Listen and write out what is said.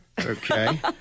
Okay